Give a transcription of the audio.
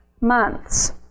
months